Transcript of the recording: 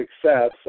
success